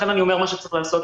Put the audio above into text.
לכן אני אומר: מה שצריך לעשות,